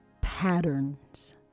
patterns